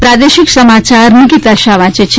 પ્રાદેશિક સમાયાર નિકિતા શાહ વાંચે છે